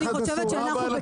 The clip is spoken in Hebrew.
אני חושבת שאנחנו,